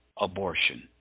abortion